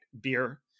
beer